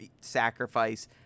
sacrifice